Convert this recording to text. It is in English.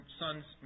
son's